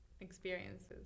experiences